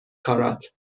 کارات